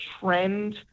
trend